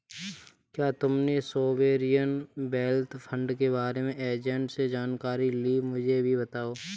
क्या तुमने sovereign wealth fund के बारे में एजेंट से जानकारी ली, मुझे भी बताओ